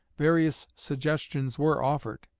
various suggestions were offered.